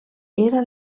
era